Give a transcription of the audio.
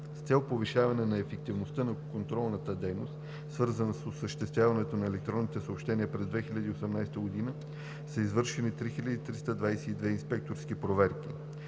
С цел повишаване на ефективността на контролната дейност, свързана с осъществяването на електронните съобщения през 2018 г., са извършени 3322 инспекторски проверки.